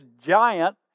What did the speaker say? giant